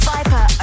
Viper